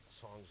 songs